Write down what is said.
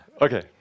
okay